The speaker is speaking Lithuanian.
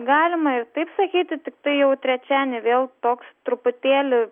galima ir taip sakyti tiktai jau trečiadienį vėl toks truputėlį